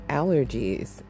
allergies